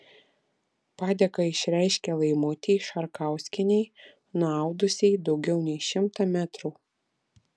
padėką išreiškė laimutei šarkauskienei nuaudusiai daugiau nei šimtą metrų